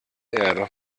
erde